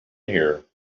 here